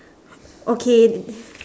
okay